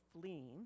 fleeing